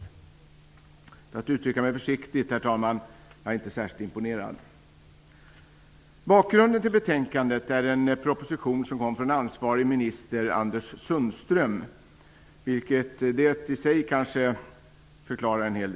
Om jag skall uttrycka mig försiktigt, herr talman, kan jag säga att jag inte är särskilt imponerad. Bakgrunden till betänkandet är en proposition som kom från den ansvarige ministern Anders Sundström. Det kanske förklarar en del.